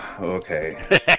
okay